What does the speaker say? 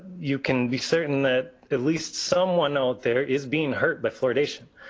you can be certain that at least someone out there is being hurt by fluoridation.